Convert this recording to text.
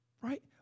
Right